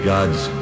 God's